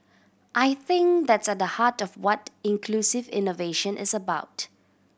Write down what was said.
I think that's at the heart of what inclusive innovation is about